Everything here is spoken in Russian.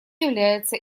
является